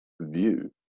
view